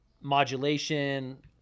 modulation